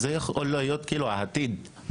זה יכול להיות ממש הדבר הבא בעתיד.